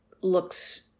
looks